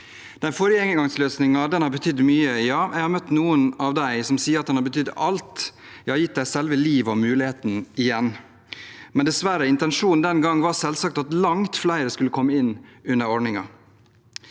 Den forrige engangsløsningen har betydd mye. Ja, jeg har møtt noen av dem som sier at den har betydd alt, har gitt dem selve livet og muligheten igjen. Men dessverre: Intensjonen den gang var selvsagt at langt flere skulle komme inn under ordningen.